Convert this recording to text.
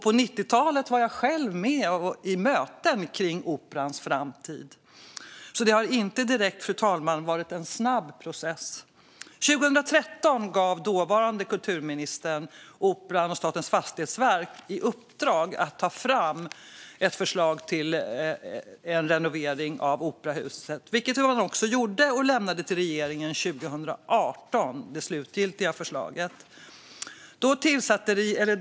På 90-talet var jag själv med i möten om Operans framtid. Det har inte direkt varit en snabb process, fru talman. År 2013 gav den dåvarande kulturministern Operan och Statens fastighetsverk i uppdrag att ta fram ett förslag till renovering av operahuset, vilket man också gjorde. Det slutgiltiga förslaget lämnades till regeringen 2018.